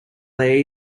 they